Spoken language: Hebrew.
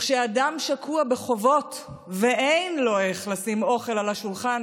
וכשאדם שקוע בחובות ואין לו איך לשים אוכל על השולחן